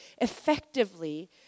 effectively